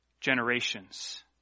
generations